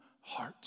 heart